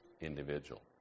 individual